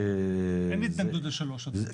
אין לי התנגדות ל-3, אדוני.